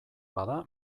bada